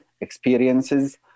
experiences